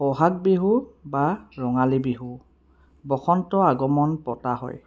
বহা বিহু বা ৰঙালী বিহু বসন্তৰ আগমন পতা হয়